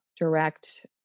direct